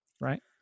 right